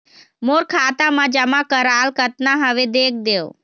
मोर खाता मा जमा कराल कतना हवे देख देव?